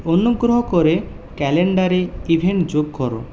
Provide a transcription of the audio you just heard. অনুগ্রহ করে ক্যালেন্ডারে ইভেন্ট যোগ করো